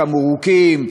תמרוקים,